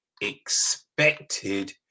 expected